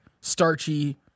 starchy